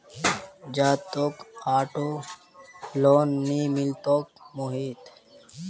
जा, तोक auto loan नइ मिलतोक मोहित